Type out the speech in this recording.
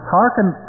Hearken